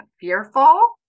fearful